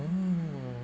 oo